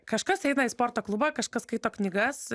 kažkas eina į sporto klubą kažkas skaito knygas